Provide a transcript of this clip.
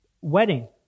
wedding